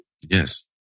Yes